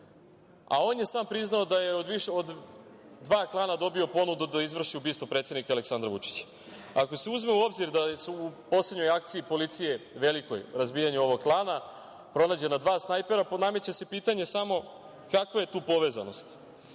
a on je sam priznao da je od više od dva klana dobio ponudu da izvrši ubistvo predsednika Aleksandra Vučića. Ako se uzme u obzir da su u poslednjoj velikoj akciji policije razbijanja ovog klana pronađena dva snajpera, nameće se pitanje kakva je tu povezanost? Ono